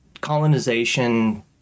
colonization